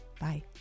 Bye